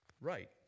right